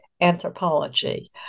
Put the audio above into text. anthropology